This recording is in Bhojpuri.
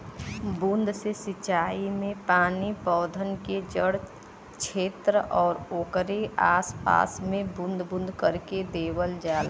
बूंद से सिंचाई में पानी पौधन के जड़ छेत्र आउर ओकरे आस पास में बूंद बूंद करके देवल जाला